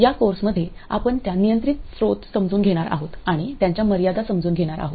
या कोर्समध्ये आपण त्या नियंत्रित स्त्रोत समजून घेणार आहोत आणि त्यांच्या मर्यादा समजून घेणार आहोत